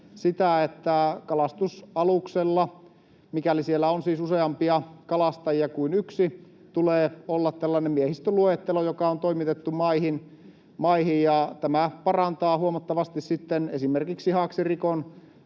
että kalastusaluksella, mikäli siellä on siis useampia kalastajia kuin yksi, tulee olla miehistöluettelo, joka on toimitettu maihin. Tämä parantaa huomattavasti sitten esimerkiksi haaksirikon